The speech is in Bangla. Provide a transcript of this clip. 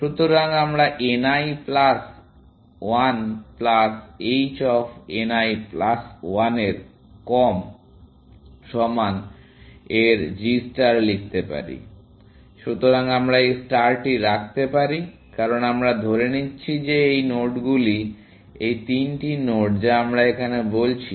সুতরাং আমরা n l plus 1 plus h of n l plus ওয়ানের কম সমান এর g ষ্টার লিখতে পারি সুতরাং আমরা এই স্টারটি রাখতে পারি কারণ আমরা ধরে নিচ্ছি যে এই নোডগুলি এই তিনটি নোড যা আমরা এখানে বলছি